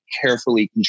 carefully